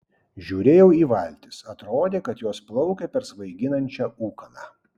žiūrėjau į valtis atrodė kad jos plaukia per svaiginančią ūkaną